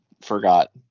forgot